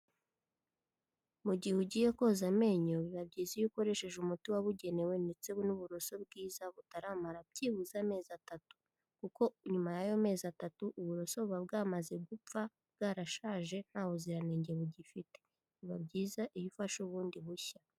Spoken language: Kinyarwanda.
Mu gihe ugiye koza amenyo, biba byiza iyo ukoresheje umuti wabugenewe ndetse n'uburoso bwiza butaramara byibuze amezi atatu kuko nyuma y'ayo mezi atatu, uburoso buba bwamaze gupfa, bwarashaje, ntabuziranenge bugifite. Biba byiza, iyo ufashe ubundi bushya.